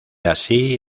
así